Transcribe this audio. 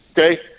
okay